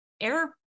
air